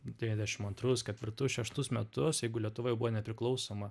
devyniasdešim antrus ketvirtus šeštus metus jeigu lietuva jau buvo nepriklausoma